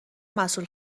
مسئول